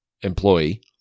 employee